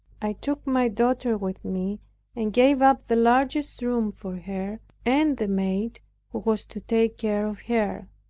i took my daughter with me and gave up the largest room for her and the maid who was to take care of her.